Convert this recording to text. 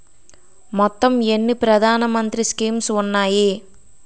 మొత్తం ఎన్ని ప్రధాన మంత్రి స్కీమ్స్ ఉన్నాయి?